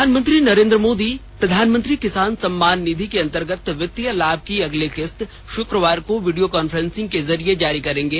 प्रधानमंत्री नरेंद्र मोदी प्रधानमंत्री किसान सम्मान निधि के अंतर्गत वित्तीय लाभ की अगली किस्त शुक्रवार को वीडियो कॉन्फ्रेंस के ज़रिए जारी करेंगे